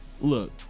Look